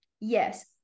Yes